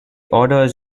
orders